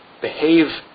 behave